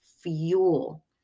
fuel